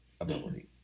ability